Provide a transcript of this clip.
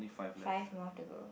five more to go